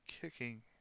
kicking